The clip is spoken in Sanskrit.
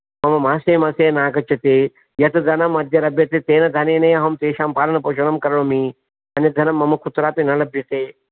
मम मासे मासे नागच्छति यत् धनं अद्य लभ्यते तेन धनेनैव अहं तेषां पालनपोषणं करोमि अन्यद्धनं मम कुत्रापि न लभ्यते